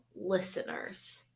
listeners